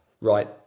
Right